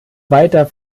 weiter